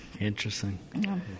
Interesting